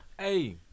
Hey